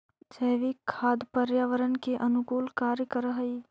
जैविक खाद पर्यावरण के अनुकूल कार्य कर हई